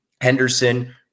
Henderson